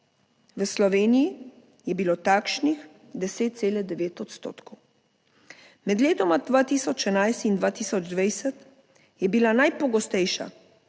V Sloveniji je bilo takšnih 10,9 odstotkov. Med letoma 2011 in 2020 je bila najpogostejša